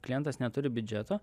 klientas neturi biudžeto